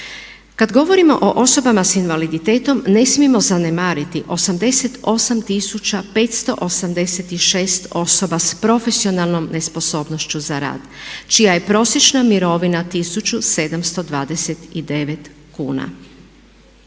Kad govorimo o osobama s invaliditetom ne smijemo zanemariti 88 586 osoba s profesionalnom nesposobnošću za rad čija je prosječna mirovina 1729 kuna.